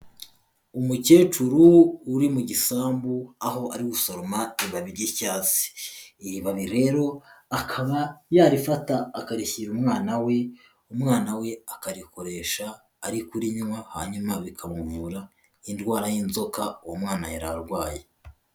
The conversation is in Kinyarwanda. Umukecuru uri mu gisambu aho ari gusoroma ibabi ry'icyatsi, iri babi rero akaba yarifata akarishyira umwana we, umwana we akarikoresha ari kurinywa hanyuma bikamuvura indwara y'inzoka uwo mwana yari arwaye.